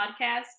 podcast